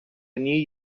new